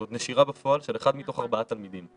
זאת נשירה בפועל של אחד מתוך ארבעה תלמידים.